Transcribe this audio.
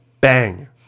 bang